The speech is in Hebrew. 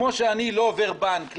כפי שאני לא עובר בנק,